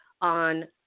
on